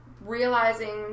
Realizing